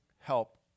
help